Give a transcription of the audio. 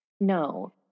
No